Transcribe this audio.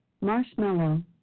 marshmallow